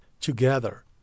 together